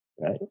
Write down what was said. right